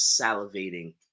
salivating